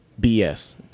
BS